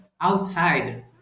outside